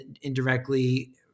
indirectly